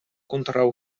kontraŭ